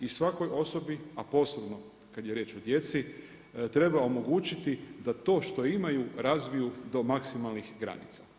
I svakoj osobi a posebno kada je riječ o djeci treba omogućiti da to što imaju razviju do maksimalnih granica.